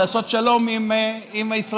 לעשות שלום עם הישראלים,